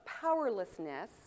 powerlessness